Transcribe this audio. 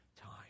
time